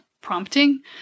prompting